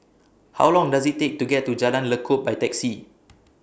How Long Does IT Take to get to Jalan Lekub By Taxi